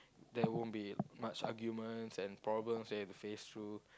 there won't be much arguments and problems that you have to face through